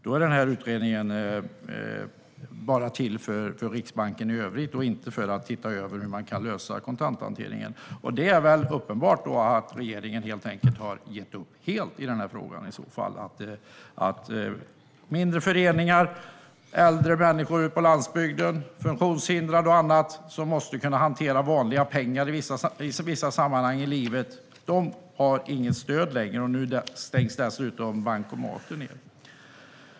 Då är utredningen alltså bara till för att utreda Riksbanken i övrigt och inte för att se på hur man kan lösa kontanthanteringen. Det är i så fall uppenbart att regeringen har gett upp helt i den här frågan. Mindre föreningar, äldre människor på landsbygden, funktionshindrade och andra som måste kunna hantera vanliga pengar i vissa sammanhang har nu inget stöd längre. Nu stängs dessutom bankomaterna.